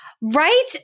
Right